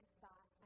thought